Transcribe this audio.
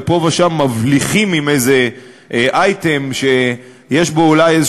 ופה ושם מבליחים עם איזה אייטם שיש בו אולי איזה